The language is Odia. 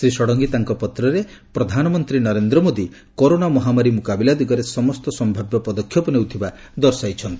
ଶ୍ରୀ ଷଡ଼ଙ୍ଗୀ ତାଙ୍କ ପତ୍ରରେ ପ୍ରଧାନମନ୍ତୀ ନରେନ୍ଦ୍ର ମୋଦି କରୋନା ମହାମାରୀ ମୁକାବିଲା ଦିଗରେ ସମସ୍ତ ସ୍ୟାବ୍ୟ ପଦକ୍ଷେପ ନେଉଥିବା ଦର୍ଶାଇଛନ୍ତି